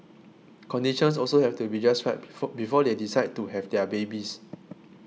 conditions also have to be just right before before they decide to have their babies